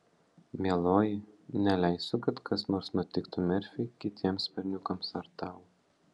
mieloji neleisiu kad kas nors nutiktų merfiui kitiems berniukams ar tau